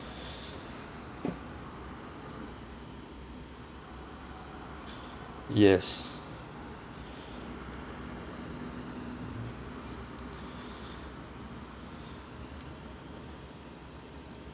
yes